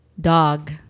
dog